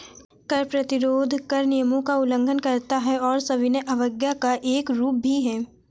कर प्रतिरोध कर नियमों का उल्लंघन करता है और सविनय अवज्ञा का एक रूप भी है